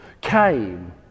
came